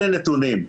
אלה נתונים,